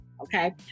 Okay